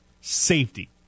safety